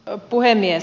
arvoisa puhemies